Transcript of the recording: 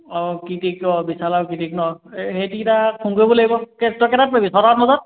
অঁ কৃটিক অঁ বিশাল আৰু কৃটিক ন এই ইহঁতকেইটাক ফোন কৰিব লাগিব কে তই কেইটাত পাবিহি ছটামান বজাত